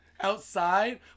outside